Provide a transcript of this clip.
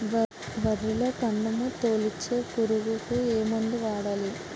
వరిలో కాండము తొలిచే పురుగుకు ఏ మందు వాడాలి?